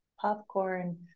popcorn